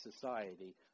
society